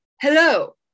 hello